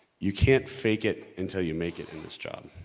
you can't fake it until you make it in this job,